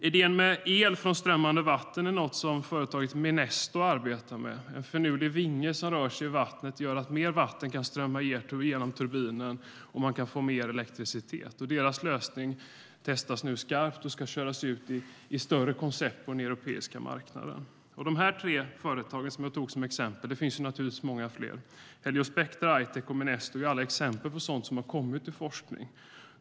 Idén med el från strömmande vatten är något som företaget Minesto arbetar med. En finurlig vinge som rör sig i vattnet gör att mer vatten kan strömma genom turbinen så att man får mer elektricitet. Deras lösning testas nu skarpt och ska köras ut i större koncept på den europeiska marknaden. Dessa tre företag som jag tog som exempel - det finns naturligtvis många fler - alltså Heliospectra, I-Tech och Minesto, är alla exempel på sådant som har kommit ur forskning.